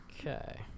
okay